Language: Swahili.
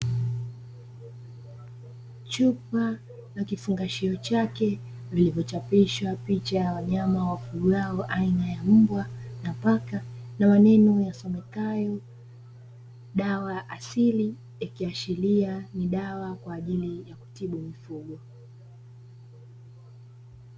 Chupa na kifungashio chake vilivyochapishwa picha ya wanyama wafugwao aina ya mbwa na paka, na maneno yasomekayo dawa asili; ikiashiria ni dawa kwa ajili ya kutibu mifugo.